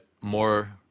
more